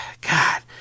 God